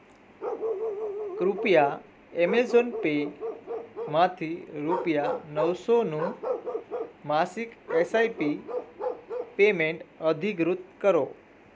કૃપયા એમેઝોન પેમાંથી રૂપિયા નવસોનું માસિક એસઆઈપી પેમેંટ અધિકૃત કરો